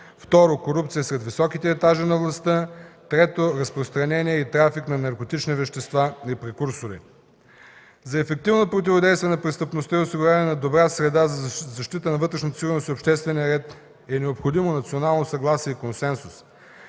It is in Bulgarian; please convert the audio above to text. второ, корупция сред високите етажи на властта; трето, разпространение и трафик на наркотични вещества и прекурсори. За ефективно противодействие на престъпността и осигуряване на добра среда за защита на вътрешната сигурност и обществения ред е необходимо национално съгласие и консенсус.